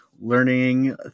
learning